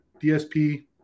DSP